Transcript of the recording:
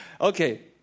Okay